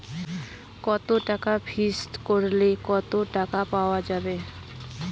কত টাকা ফিক্সড করিলে কত টাকা পাওয়া যাবে?